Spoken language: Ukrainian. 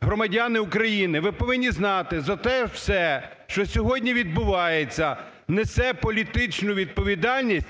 громадяни України, ви повинні знати за те все, що сьогодні відбувається, несе політичну відповідальність